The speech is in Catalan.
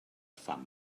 fam